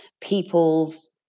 people's